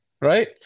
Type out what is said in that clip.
right